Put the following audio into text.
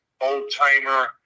old-timer